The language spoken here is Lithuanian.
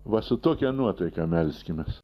va su tokia nuotaika melskimės